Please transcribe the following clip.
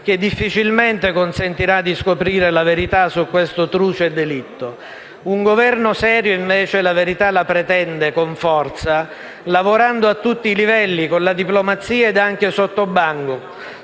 che difficilmente consentirà di scoprire la verità su questo truce delitto. Un Governo serio, invece, la verità la pretende con forza lavorando a tutti i livelli, con la diplomazia ed anche sottobanco,